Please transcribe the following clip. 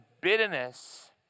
bitterness